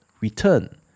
return